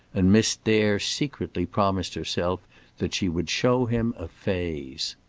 and miss dare secretly promised herself that she would show him a phase.